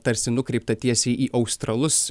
tarsi nukreiptą tiesiai į australus